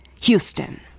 Houston